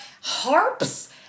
harps